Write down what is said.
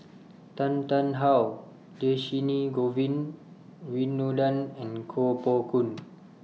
Tan Tarn How Dhershini Govin Winodan and Koh Poh Koon